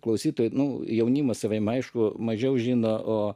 klausytojų nu jaunimas savaime aišku mažiau žino o